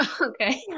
Okay